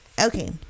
Okay